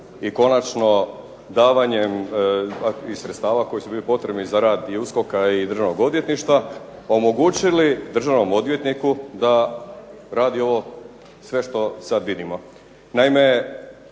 i konačno davanjem i sredstava koji su bili potrebni za rad i USKOK-a i Državnog odvjetništva omogućili državnom odvjetniku da radi ovo sve što sad vidimo.